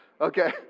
Okay